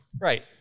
Right